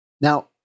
Now